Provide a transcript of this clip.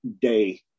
day